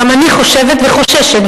גם אני חושבת וחוששת,